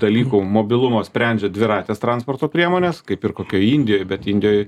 dalykų mobilumo sprendžia dviratės transporto priemonės kaip ir kokioje indijoj bet indijoj